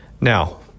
Now